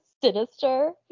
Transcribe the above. sinister